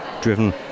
driven